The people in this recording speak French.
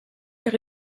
car